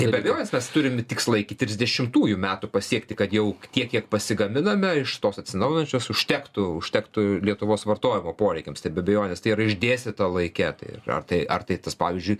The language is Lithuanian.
tai be abejonės mes turim tikslai iki trisdešimtųjų metų pasiekti kad jau tiek kiek pasigaminame iš tos atsinaujinančios užtektų užtektų lietuvos vartojimo poreikiams tai be abejonės tai yra išdėstyta laike tai yra ar tai ar tai tas pavyzdžiui